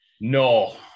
No